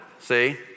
See